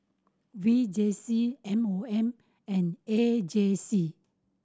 V J C M O M and A J C